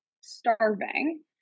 starving